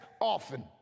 often